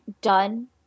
done